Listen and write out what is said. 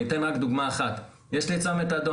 אני רק אתן דוגמה אחת: יש לי צומת אדום,